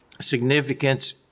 significance